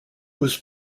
was